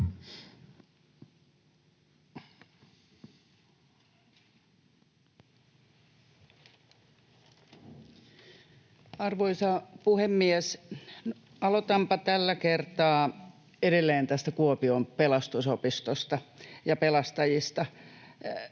Arvoisa puhemies! Aloitanpa tällä kertaa edelleen tästä Kuopion Pelastusopistosta ja pelastajista.